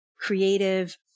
creative